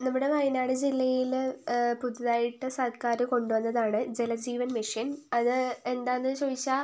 നമ്മുടെ വയനാട് ജില്ലയിൽ പുതുതായിട്ട് സർക്കാർ കൊണ്ടുവന്നതാണ് ജലജീവൻ മിഷൻ അത് എന്താണെന്ന് ചോദിച്ചാൽ